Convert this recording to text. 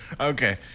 Okay